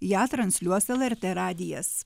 ją transliuos lrt radijas